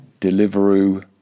Deliveroo